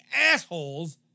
assholes